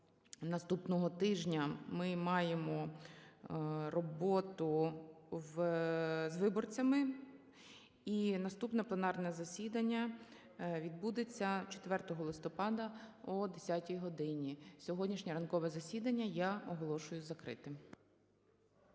наступного тижня ми маємо роботу з виборцями. І наступне пленарне засідання відбудеться 4 листопада о 10 годині. Сьогоднішнє ранкове засідання я оголошую закритим.